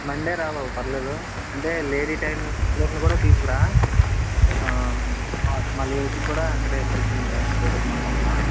Monday రా బాబు పర్వాలేదు అంటే లేడీ టైలర్ని కూడా తీసుకురా మా మా లేడీస్కి కూడా అక్కడే స్టీచింగ్ చేయిద్దామనుకుంటున్నాను